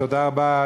תודה רבה,